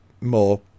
more